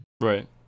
Right